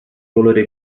colore